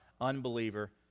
Unbeliever